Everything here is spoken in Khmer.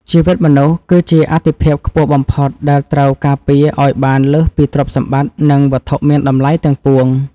ជីវិតមនុស្ស គឺជាអាទិភាពខ្ពស់បំផុតដែលត្រូវការពារឱ្យបានលើសពីទ្រព្យសម្បត្តិ និងវត្ថុមានតម្លៃទាំងពួង។